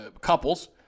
couples